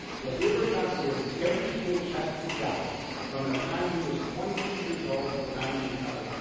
what theodore johnson did, is every paycheck he got from the time he was twenty two years old to the time you retire,